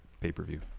pay-per-view